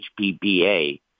hpba